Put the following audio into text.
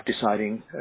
deciding